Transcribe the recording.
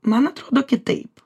man atrodo kitaip